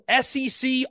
SEC